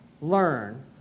learn